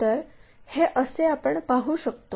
तर हे असे आपण पाहू शकतो